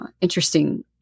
interesting